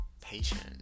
patient